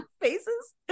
faces